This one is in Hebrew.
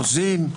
חוזים,